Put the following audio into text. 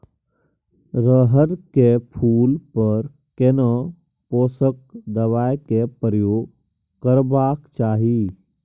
रहर के फूल पर केना पोषक दबाय के प्रयोग करबाक चाही?